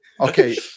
Okay